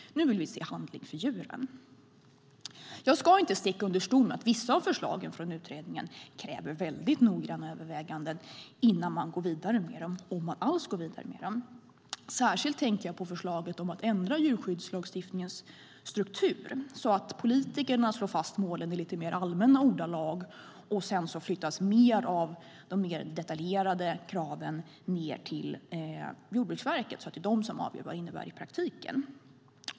Nu vill vi se handling för djuren. Jag ska inte sticka under stol med att vissa av förslagen från utredningen kräver väldigt noggranna överväganden innan man går vidare, om man alls går vidare med dem. Jag tänker särskilt på förslaget om att ändra djurskyddslagstiftningens struktur så att politikerna slår fast målen i lite mer allmänna ordalag och mer av de mer detaljerade kraven flyttas ned till Jordbruksverket, så att de avgör vad det innebär i praktiken.